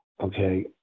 Okay